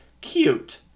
cute